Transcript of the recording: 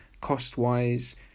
cost-wise